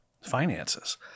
finances